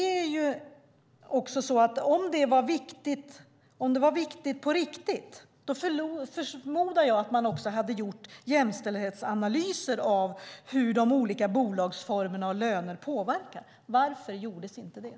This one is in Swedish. Om det var viktigt på riktigt förmodar jag att man också hade gjort jämställdhetsanalyser av hur olika bolagsformer och löner påverkar. Varför gjordes inte det?